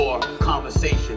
Conversation